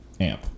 amp